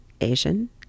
Asian